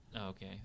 Okay